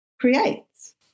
creates